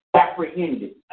apprehended